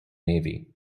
navy